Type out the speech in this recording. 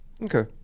Okay